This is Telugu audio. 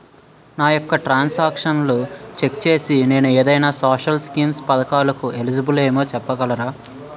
నా యెక్క ట్రాన్స్ ఆక్షన్లను చెక్ చేసి నేను ఏదైనా సోషల్ స్కీం పథకాలు కు ఎలిజిబుల్ ఏమో చెప్పగలరా?